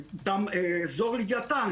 אזור לוויתן,